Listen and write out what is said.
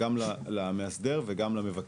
גם למאסדר וגם למבקש,